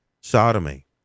sodomy